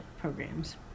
programs